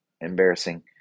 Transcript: embarrassing